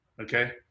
Okay